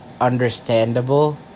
Understandable